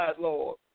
Lord